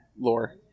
Lore